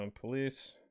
Police